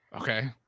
Okay